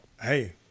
Hey